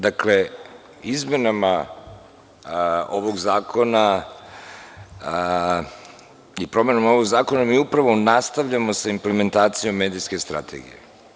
Dakle, izmenama ovog zakona i promenom ovog zakona mi upravo nastavljamo sa implementacijom medijske strategije.